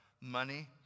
money